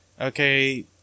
okay